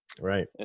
Right